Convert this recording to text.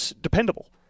dependable